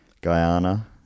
Guyana